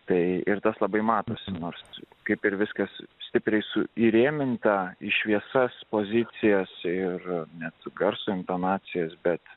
tai ir tas labai matosi nors kaip ir viskas stipriai su įrėminta į šviesas pozicijose ir nesukars intonacijos bet